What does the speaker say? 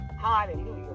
Hallelujah